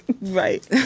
Right